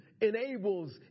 enables